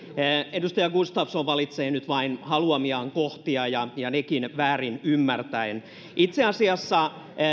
edustaja gustafsson valitsee nyt vain haluamiaan kohtia ja ja nekin väärin ymmärtäen itse asiassa